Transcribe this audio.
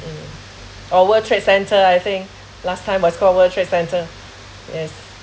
mm oh world trade center I think last time was called world trade center yes